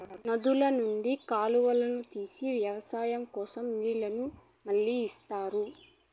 నదుల నుండి కాలువలు తీసి వ్యవసాయం కోసం నీళ్ళను మళ్ళిస్తారు